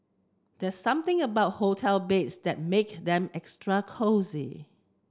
there's something about hotel beds that make them extra cosy